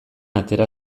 atera